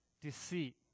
Deceit